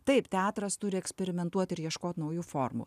taip teatras turi eksperimentuot ir ieškot naujų formų